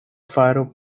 faro